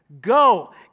go